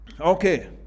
Okay